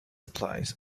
applies